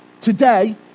today